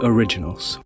Originals